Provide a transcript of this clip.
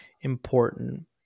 important